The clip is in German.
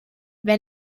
wer